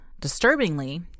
Disturbingly